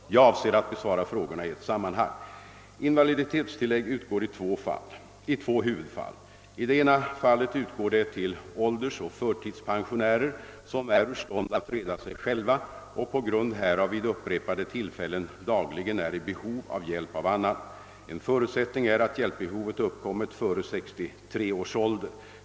Jag avser att besvara frågorna i ett sammanhang. Invaliditetstillägg utgår i två huvudfall. I det ena fallet utgår det till åldersoch förtidspensionärer som är ur stånd att reda sig själva och på grund härav vid upprepade tillfällen dagligen är i behov av hjälp av annan. En förutsättning är att hjälpbehovet uppkommit före 63 års ålder.